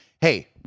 Hey